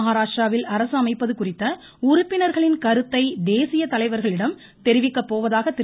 மகாராஷ்ட்ராவில் அரசு அமைப்பது குறித்த உறுப்பினர்களின் கருத்தை தேசிய தலைவர்களிடம் தெரிவிக்கப்போவதாக திரு